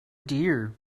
dear